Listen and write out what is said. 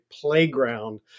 playground